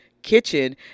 Kitchen